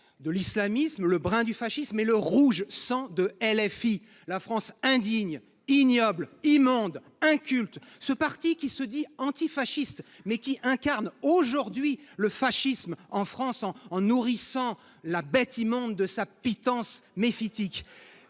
de l’islamisme, le brun du fascisme et le rouge sang de LFI – la France indigne, ignoble, immonde, inculte ; de ce parti qui se dit antifasciste, mais qui incarne aujourd’hui le fascisme en France… Qui sont les fachos ?… en nourrissant la bête immonde de sa pitance méphitique.